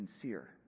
sincere